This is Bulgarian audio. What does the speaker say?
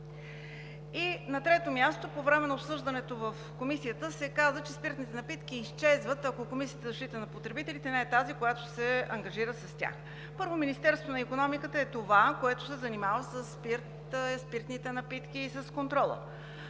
На трето място, по време на обсъждането в Комисията се каза, че спиртните напитки изчезват, ако Комисията за защита на потребителите не е тази, която ще се ангажира с тях. Първо, Министерството на икономиката е това, което се занимава със спирт, спиртните напитки и с контрола.